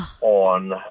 on